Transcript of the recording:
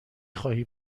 خواهی